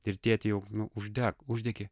ir tėti jau nu uždek uždegi